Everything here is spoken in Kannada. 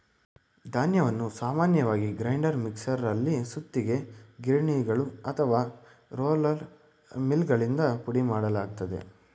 ಧಾನ್ಯವನ್ನು ಸಾಮಾನ್ಯವಾಗಿ ಗ್ರೈಂಡರ್ ಮಿಕ್ಸರಲ್ಲಿ ಸುತ್ತಿಗೆ ಗಿರಣಿಗಳು ಅಥವಾ ರೋಲರ್ ಮಿಲ್ಗಳಿಂದ ಪುಡಿಮಾಡಲಾಗ್ತದೆ